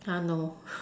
!huh! no